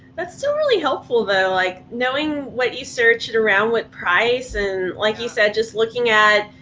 that's still really helpful though. like knowing what you search it around with price. and like you said, just looking at,